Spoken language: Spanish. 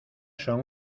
son